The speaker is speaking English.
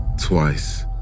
twice